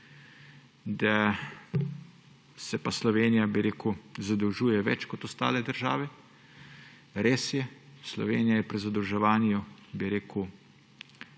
da se pa Slovenija, bi rekel, zadolžuje več kot ostale države. Res je, Slovenija je pri zadolževanju za en